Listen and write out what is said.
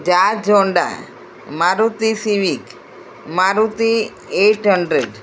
jazz Honda Maruti civic Maruti eight hundred